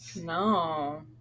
No